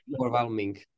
overwhelming